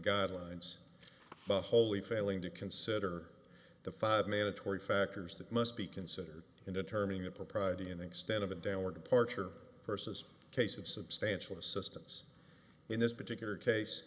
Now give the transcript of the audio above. guidelines wholly failing to consider the five mandatory factors that must be considered in determining the propriety and extent of a downward departure person's case of substantial assistance in this particular case